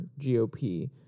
GOP